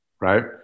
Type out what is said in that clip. right